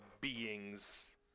beings